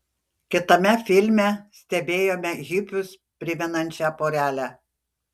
kitame filme stebėjome hipius primenančią porelę